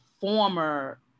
former